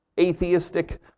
atheistic